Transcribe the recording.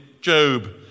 Job